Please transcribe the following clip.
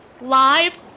live